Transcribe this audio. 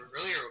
earlier